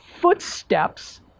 footsteps